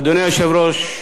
אדוני היושב-ראש,